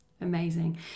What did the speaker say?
Amazing